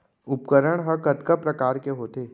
उपकरण हा कतका प्रकार के होथे?